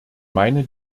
meine